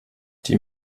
die